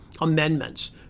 amendments